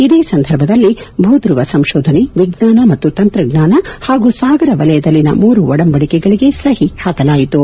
ಇದೇ ಸಂದರ್ಭದಲ್ಲಿ ಭೂಧ್ಯವ ಸಂಶೋಧನೆ ವಿಜ್ಞಾನ ಮತ್ತು ತಂತ್ರಜ್ಞಾನ ಹಾಗೂ ಸಾಗರ ವಲಯದಲ್ಲಿನ ಮೂರು ಒಡಂಬಡಿಕೆಗಳಿಗೆ ಸಹಿ ಹಾಕಲಾಯಿತು